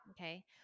Okay